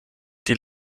die